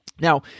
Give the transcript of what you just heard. Now